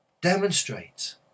demonstrate